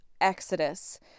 Exodus